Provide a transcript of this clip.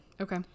Okay